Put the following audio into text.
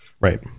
Right